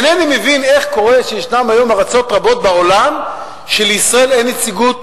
אינני מבין איך קורה שישנן היום ארצות רבות בעולם שלישראל אין נציגות